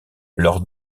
leurs